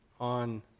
on